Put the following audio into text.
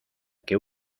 que